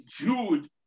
Jude